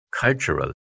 Cultural